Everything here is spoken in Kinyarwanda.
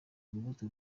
urubuto